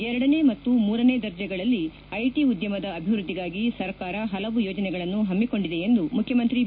ಎರಡನೇ ಮತ್ತು ಮೂರನೇ ದರ್ಜೆಗಳಲ್ಲಿ ಐಟಿ ಉದ್ಯಮದ ಅಭಿವೃದ್ದಿಗಾಗಿ ಸರ್ಕಾರ ಹಲವು ಯೋಜನೆಗಳನ್ನು ಹಮ್ಮಿಕೊಂಡಿದೆ ಎಂದು ಮುಖ್ಯಮಂತ್ರಿ ಬಿ